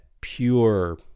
pure